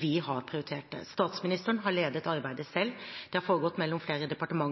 Vi har prioritert det. Statsministeren har ledet arbeidet selv. Det har foregått mellom flere departementer,